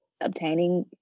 obtaining